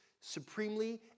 supremely